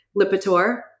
Lipitor-